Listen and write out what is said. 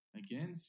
again